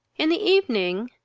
in the evening,